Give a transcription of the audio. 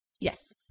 Yes